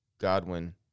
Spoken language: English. Godwin